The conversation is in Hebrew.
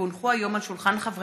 כי הונחו היום על שולחן הכנסת